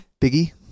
Biggie